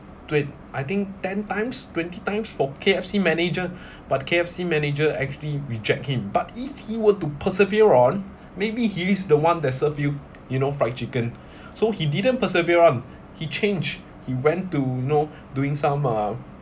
twen~ I think ten times twenty times for K_F_C manager but K_F_C manager actually reject him but if he were to persevere on maybe he is the one that serve you you know fried chicken so he didn't persevere on he change he went to you know doing some uh